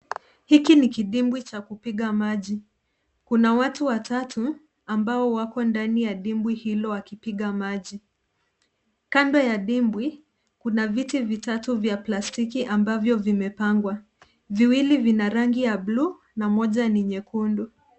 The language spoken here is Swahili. Hiki ni kidimbwi cha kupiga maji kuna watu watatu ambao wako ndani ya dimbwi hilo akipiga maji ,kando ya dimbwi kuna viti vitatu vya plastiki ambavyo vimepangwa viwili vina rangi ya blue na moja ni nyekundu.